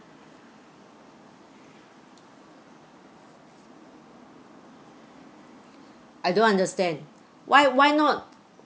I don't understand why why not